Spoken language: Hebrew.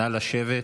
נא לשבת.